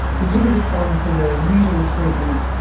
who didn't respond to the usual treatments,